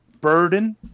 burden